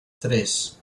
tres